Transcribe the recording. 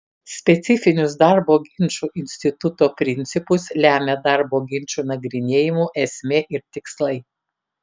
specifinius darbo ginčų instituto principus lemia darbo ginčų nagrinėjimo esmė ir tikslai